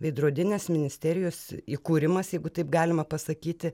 veidrodinės ministerijos įkūrimas jeigu taip galima pasakyti